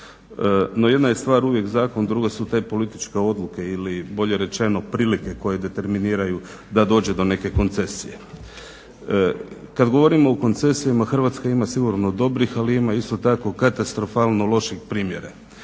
No, jedna je stvar uvijek zakon. Druge su te političke odluke ili bolje rečeno prilike koje determiniraju da dođe do neke koncesije. Kad govorimo o koncesijama Hrvatska ima sigurno dobrih ali ima isto tako katastrofalno loših primjera.